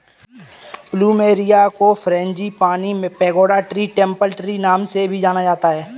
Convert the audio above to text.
plumeria को frangipani, pagoda tree, temple tree नाम से भी जाना जाता है